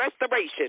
restoration